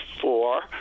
four